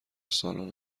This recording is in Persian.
سالن